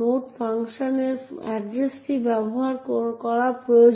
node ফাংশনের এড্রেসটি ব্যবহার করা প্রয়োজন